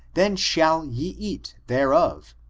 then shall he eat thereof.